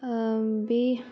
اۭں بیٚیہِ